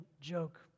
joke